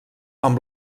amb